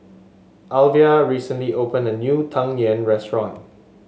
Alvia recently opened a new Tang Yuen restaurant